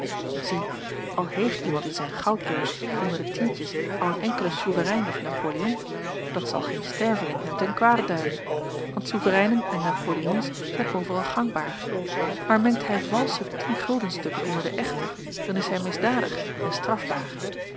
zie al heeft iemand in zijn goudbeurs onder de tientjes al een enkelen soeverein of napoleon dat zal geen sterveling hem ten kwade duiden want soevereinen en napoleons zijn overal gangbaar maar mengt hij valsche tienguldenstukken onder de echte dan is hij misdadig en strafbaar